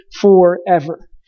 forever